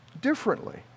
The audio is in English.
differently